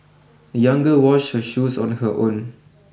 the young girl washed her shoes on her own